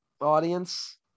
Audience